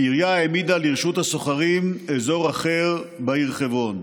העירייה העמידה לרשות השוכרים אזור אחר בעיר חברון.